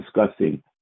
discussing